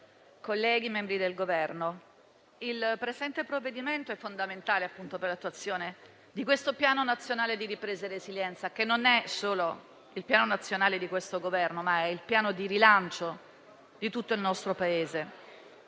rappresentanti del Governo, il provvedimento in esame è fondamentale per l'attuazione del Piano nazionale di ripresa e resilienza, che non è solo il piano nazionale di questo Governo, ma è il piano di rilancio di tutto il nostro Paese